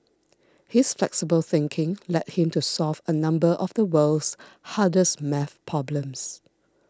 his flexible thinking led him to solve a number of the world's hardest math problems